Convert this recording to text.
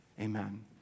Amen